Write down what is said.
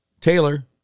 Taylor